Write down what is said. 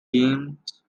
games